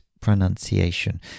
pronunciation